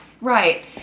Right